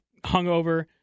hungover